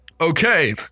Okay